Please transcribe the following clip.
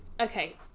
okay